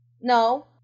No